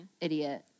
idiot